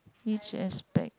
huge ass bag